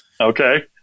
Okay